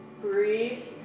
Breathe